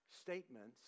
statements